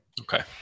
Okay